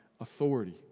authority